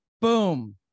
boom